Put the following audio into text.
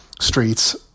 streets